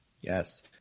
Yes